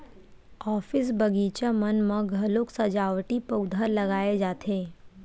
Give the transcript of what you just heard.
office, बगीचा मन म घलोक सजावटी पउधा लगाए जाथे